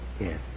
Yes